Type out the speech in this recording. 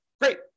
Great